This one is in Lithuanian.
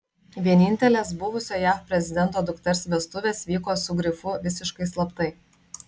vienintelės buvusio jav prezidento dukters vestuvės vyko su grifu visiškai slaptai